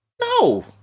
No